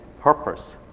purpose